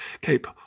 Cape